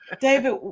David